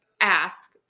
ask